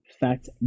fact